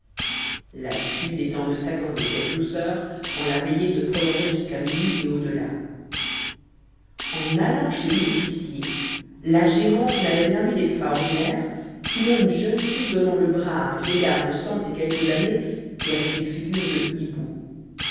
l'habitude étant de s'accorder cette douceur quand la veillée se prolongeait jusqu'à minuit et au delà en allant chez l'épicier la gérante n'avait rien vu d'extraordinaire sinon une jeune fille donnant le bras à un vieillard de cent et quelques années qui avait une figure de hibou